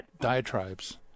diatribes